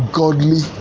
godly